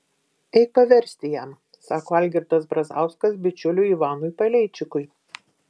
eik paversti jam sako algirdas brazauskas bičiuliui ivanui paleičikui